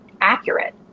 accurate